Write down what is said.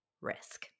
risk